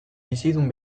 bizidun